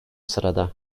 sırada